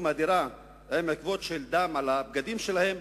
מהדירה עם עקבות של דם על הבגדים שלהם,